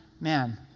man